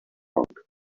monk